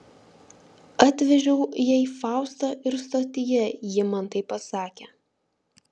atvežiau jai faustą ir stotyje ji man tai pasakė